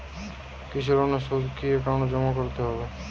কৃষি লোনের সুদ কি একাউন্টে জমা করতে হবে?